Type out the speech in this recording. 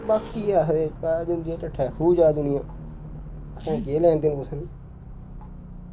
बाकी एह् आखदे पैसे थ्होई जंदे टठै खूह् जा दुनियां असैं केह् लैना कुसै कोलूं